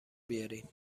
بیارین